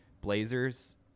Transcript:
blazers